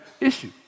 issue